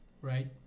right